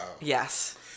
Yes